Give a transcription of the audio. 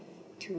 to